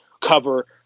cover